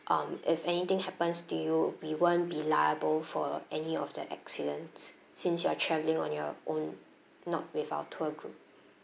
um if anything happens to you we won't be liable for any of the accidents since you are traveling on your own not with our tour group